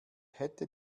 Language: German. hätte